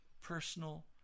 personal